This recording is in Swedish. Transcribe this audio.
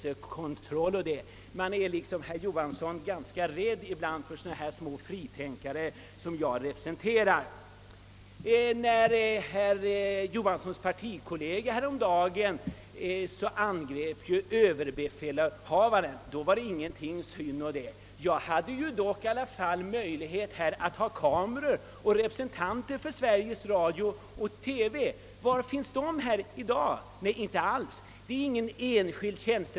Man är tydligen på sina håll — i likhet med herr Johansson i Norrköping — ganska rädd för sådana små fritänkare som jag; när herr Johanssons partikollega häromdagen angrep överbefälhavaren, var det däremot få som reagerade. Det är väl ändå möjligt att ha kameror och representanter för Sveriges Radio och TV närvarande då jag förut talade här. Var finns de förresten nu?